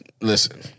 Listen